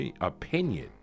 opinion